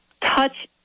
touch